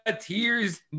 tears